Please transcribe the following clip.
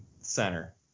center